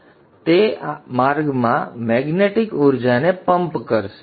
positive બને છે અને તે આ માર્ગમાં મૈગ્નેટિક ઊર્જાને પમ્પ કરશે